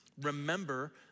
remember